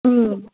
उम्